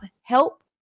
help